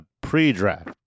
pre-draft